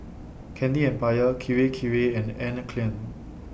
Candy Empire Kirei Kirei and Anne Klein